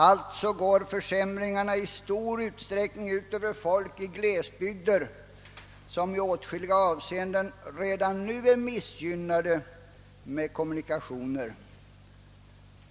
Alltså går försämringarna i stor utsträckning ut över folk i glesbygder, vilka i åtskilliga avseenden redan nu är missgynnade med kommunikationer.